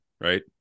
right